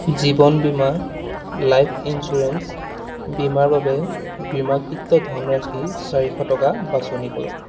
জীৱন বীমা life insurance বীমাৰ বাবে বীমাকৃত ধনৰাশি চাৰিশ টকা বাছনি কৰক